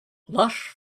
lush